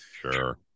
Sure